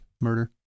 Murder